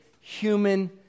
human